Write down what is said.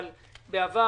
אבל בעבר